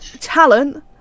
talent